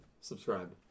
Subscribe